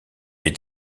est